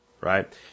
right